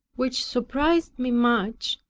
which surprised me much,